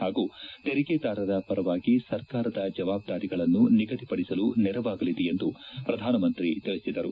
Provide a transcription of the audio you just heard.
ಹಾಗೂ ತೆಂಗೆದಾರರ ಪರವಾಗಿ ಸರ್ಕಾರದ ಜವಾಬ್ದಾರಿಗಳನ್ನು ನಿಗದಿಪಡಿಸಲು ನೆರವಾಗಲಿದೆ ಎಂದು ಪ್ರಧಾನಮಂತ್ರಿ ತಿಳಿಸಿದರು